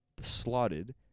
slotted